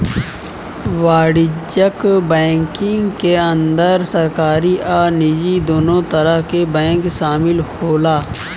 वाणिज्यक बैंकिंग के अंदर सरकारी आ निजी दुनो तरह के बैंक शामिल होला